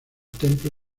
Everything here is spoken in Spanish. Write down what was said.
templo